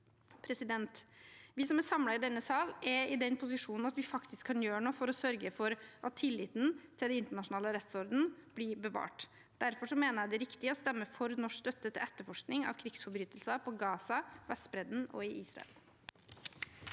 gislene. Vi som er samlet i denne sal, er i den posisjonen at vi faktisk kan gjøre noe for å sørge for at tilliten til den internasjonale rettsordenen blir bevart. Derfor mener jeg det riktig å stemme for norsk støtte til etterforskning av krigsforbrytelser i Gaza, på Vestbredden og i Israel.